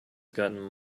gotten